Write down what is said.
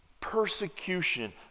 persecution